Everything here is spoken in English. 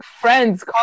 friends